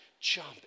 jump